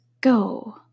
go